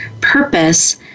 purpose